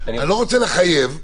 אני לא רוצה לחייב.